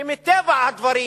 שמטבע הדברים